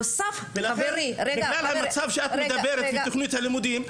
לכן בגלל המצב שאת מדברת ותוכנית הלימודים,